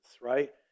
right